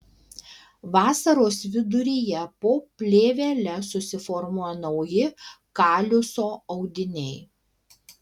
vasaros viduryje po plėvele susiformuoja nauji kaliuso audiniai